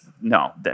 No